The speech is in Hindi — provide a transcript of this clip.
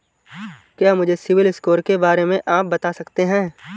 क्या मुझे सिबिल स्कोर के बारे में आप बता सकते हैं?